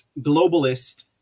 globalist